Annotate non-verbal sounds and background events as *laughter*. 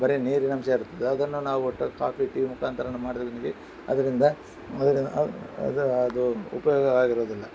ಬರೀ ನೀರಿನಂಶ ಇರುತ್ತದೆ ಅದನ್ನು ನಾವು ಒಟ್ಟು ಕಾಫಿ ಟೀ ಮುಖಾಂತರ *unintelligible* ಅದರಿಂದ *unintelligible* ಅದು ಅದು ಉಪಯೋಗವಾಗಿರುವುದಿಲ್ಲ